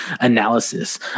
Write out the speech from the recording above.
analysis